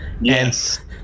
Yes